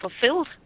fulfilled